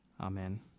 Amen